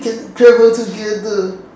travel together